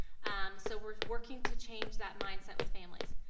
um so we're working to change that mindset with families.